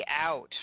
out